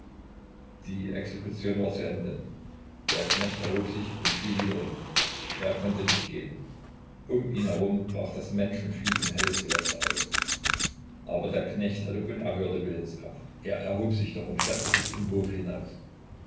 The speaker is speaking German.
die exekution war zu ende der knecht erhob sich und fiel wieder um er konnte nicht gehen um ihn herum brach das menschenvieh in helles gelächter aus aber der knecht hatte unerhörte willenskraft er erhob sich doch und schleppte sich zum hofe hinaus